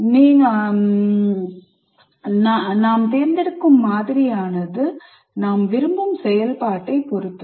நீங்கள் தேர்ந்தெடுக்கும் மாதிரியானது நீங்கள் விரும்பும் செயல்பாட்டைப் பொறுத்தது